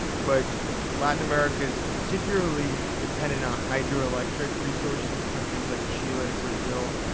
but latin america is particularly dependent on hydroelectric resources, countries like chile, brazil,